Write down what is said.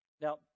Now